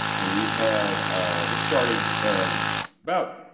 and we've have this started ah about